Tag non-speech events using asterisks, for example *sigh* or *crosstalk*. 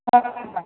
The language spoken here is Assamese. *unintelligible*